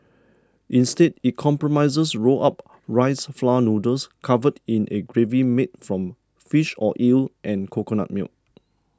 instead it comprises rolled up rice flour noodles covered in a gravy made from fish or eel and coconut milk